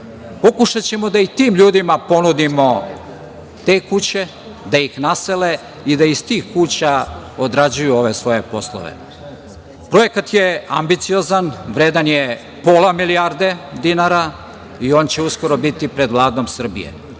Pokušaćemo da i tim ljudima ponudimo te kuće da ih nasele i da iz tih kuća odrađuju ove svoje poslove. Projekat je ambiciozan, vredan je pola milijarde dinara i on će uskoro biti pred Vladom Srbije.